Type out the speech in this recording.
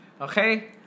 Okay